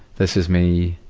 this is me.